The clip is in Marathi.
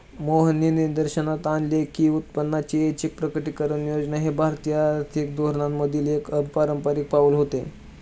मोहननी निदर्शनास आणले की उत्पन्नाची ऐच्छिक प्रकटीकरण योजना हे भारतीय आर्थिक धोरणांमधील एक अपारंपारिक पाऊल होते